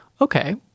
okay